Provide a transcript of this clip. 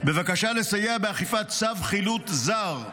בבקשה לסייע באכיפת צו חילוט זר,